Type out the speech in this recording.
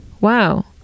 Wow